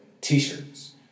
t-shirts